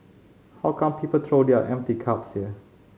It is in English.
how come people throw their empty cups here